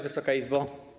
Wysoka Izbo!